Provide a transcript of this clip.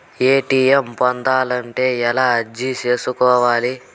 ATM పొందాలంటే ఎలా అర్జీ సేసుకోవాలి?